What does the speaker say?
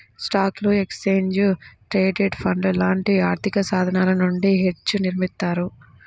స్టాక్లు, exchange traded ఫండ్లు లాంటి ఆర్థికసాధనాల నుండి హెడ్జ్ని నిర్మిత్తారు